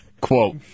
quote